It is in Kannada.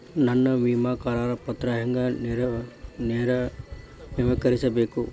ನನ್ನ ವಿಮಾ ಕರಾರ ಪತ್ರಾ ಹೆಂಗ್ ನವೇಕರಿಸಬೇಕು?